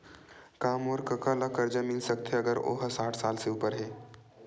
का मोर कका ला कर्जा मिल सकथे अगर ओ हा साठ साल से उपर हे?